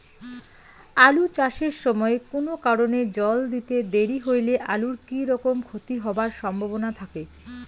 আলু চাষ এর সময় কুনো কারণে জল দিতে দেরি হইলে আলুর কি রকম ক্ষতি হবার সম্ভবনা থাকে?